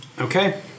Okay